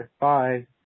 bye